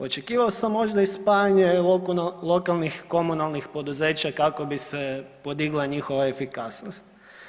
Očekivao sam možda i spajanje lokalnih komunalnih poduzeća kako bi se podigla njihova efikasnost.